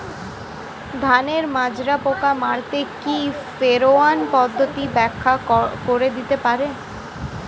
ধানের মাজরা পোকা মারতে কি ফেরোয়ান পদ্ধতি ব্যাখ্যা করে দিতে পারে?